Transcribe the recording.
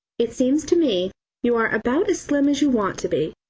it seems to me you are about as slim as you want to be.